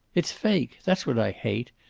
it's fake. that's what i hate.